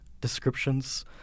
descriptions